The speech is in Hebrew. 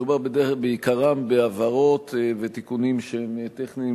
מדובר בעיקר בהבהרות ותיקונים שהם טכניים,